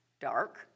dark